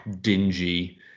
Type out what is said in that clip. dingy